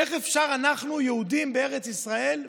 איך אפשר, אנחנו, יהודים בארץ ישראל,